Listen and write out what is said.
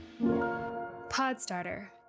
Podstarter